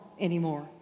anymore